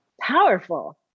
Powerful